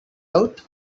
out